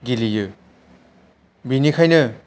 गेलेयो बेनिखायनो